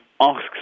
asks